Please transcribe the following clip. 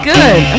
Good